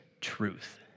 truth